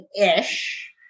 ish